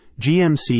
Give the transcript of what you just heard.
GMC